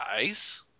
guys